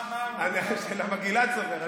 גם גלעד סובר.